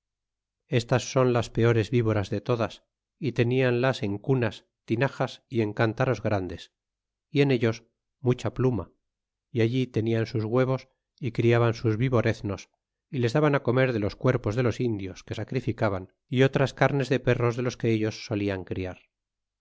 estas son las peores víboras de todas y tenianlas en cunas tinajas y en cntaros grandes y en ellos mucha pluma y allí tenían sus huevos y criaban sus viboreznos y les daban comer de los cuerpos de los indios que sacrificaban y otras carnes de perros de los que ellos solian criar